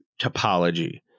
topology